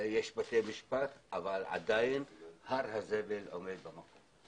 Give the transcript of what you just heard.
יש בתי משפט אבל עדיין הר הזבל עומד במקום.